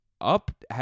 up